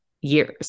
years